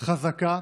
חזקה,